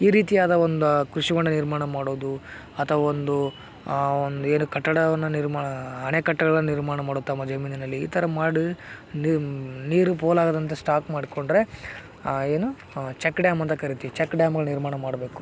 ಈ ರೀತಿಯಾದ ಒಂದು ಕೃಷಿ ಹೊಂಡ ನಿರ್ಮಾಣ ಮಾಡೋದು ಅಥವಾ ಒಂದು ಒಂದು ಏನು ಕಟ್ಟಡವನ್ನು ನಿರ್ಮಾ ಅಣೆಕಟ್ಟಗಳನ್ನು ನಿರ್ಮಾಣ ಮಾಡೋದು ತಮ್ಮ ಜಮೀನಿನಲ್ಲಿ ಈ ಥರ ಮಾಡಿ ನಿಮ್ಮ ನೀರು ಪೋಲಾಗದಂತೆ ಸ್ಟಾಕ್ ಮಾಡಿಕೊಂಡ್ರೆ ಏನು ಚೆಕ್ ಡ್ಯಾಂ ಅಂತ ಕರಿತಿವಿ ಚೆಕ್ ಡ್ಯಾಂಗಳ ನಿರ್ಮಾಣ ಮಾಡಬೇಕು